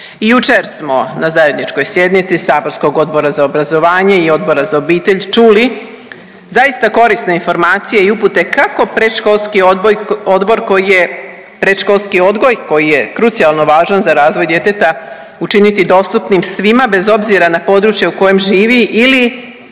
Jučer smo na zajedničkoj sjednici saborskog Odbora za obrazovanje i Odbora za obitelj čuli zaista korisne informacije i upute kako predškolski odgoj, odbor, predškolski odgoj koji je krucijalno važan za razvoj djeteta učiniti dostupnim svima bez obzira na područje u kojem živi ili